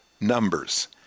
numbers